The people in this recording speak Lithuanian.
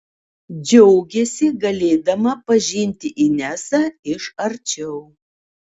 džiaugėsi galėdama pažinti inesą iš arčiau